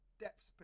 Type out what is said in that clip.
Depths